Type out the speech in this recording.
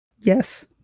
Yes